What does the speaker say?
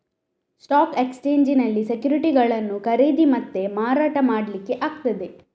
stock ಎಕ್ಸ್ಚೇಂಜಿನಲ್ಲಿ ಸೆಕ್ಯುರಿಟಿಗಳನ್ನ ಖರೀದಿ ಮತ್ತೆ ಮಾರಾಟ ಮಾಡ್ಲಿಕ್ಕೆ ಆಗ್ತದೆ